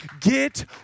get